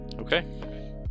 Okay